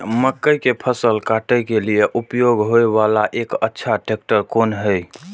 मक्का के फसल काटय के लिए उपयोग होय वाला एक अच्छा ट्रैक्टर कोन हय?